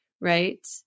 Right